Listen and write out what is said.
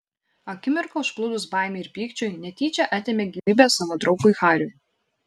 akimirką užplūdus baimei ir pykčiui netyčia atėmė gyvybę savo draugui hariui